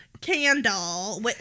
candle